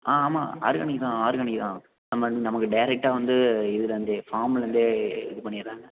ஆ ஆமாம் ஆர்கானிக் தான் ஆர்கானிக் தான் நம்ம நமக்கு டேரெக்டாக வந்து இதுலிருந்தே ஃபார்ம்லிருந்தே இது பண்ணிடறாங்க